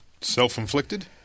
Self-inflicted